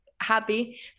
happy